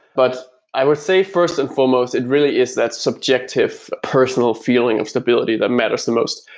but i would say first and foremost, it really is that subjective, personal feeling of stability that matters the most.